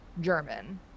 German